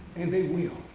and they will.